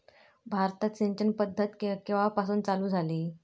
भारतात सिंचन पद्धत केवापासून चालू झाली?